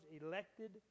elected